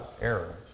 error